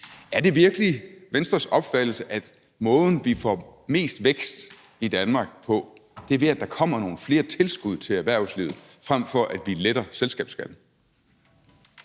Er det virkelig Venstres opfattelse, at måden, vi får mest vækst i Danmark på, er, at der kommer nogle flere tilskud til erhvervslivet, frem for at vi letter selskabsskatten?